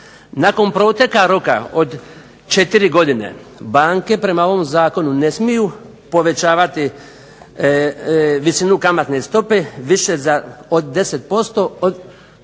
Nakon proteka roka od četiri godine banke prema ovom zakonu ne smiju povećavati visinu kamatne stope više od 10% od